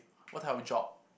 what type of job